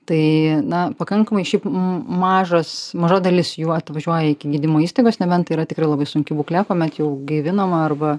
tai na pakankamai šiaip m mažas maža dalis jų atvažiuoja iki gydymo įstaigos nebent tai yra tikrai labai sunki būklė kuomet jau gaivinama arba